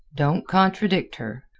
don't contradict her.